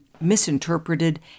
misinterpreted